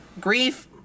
grief